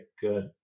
good